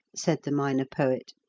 said the minor poet,